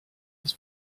des